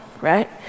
right